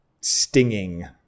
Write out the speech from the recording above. stinging